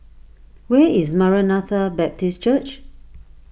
where is Maranatha Baptist Church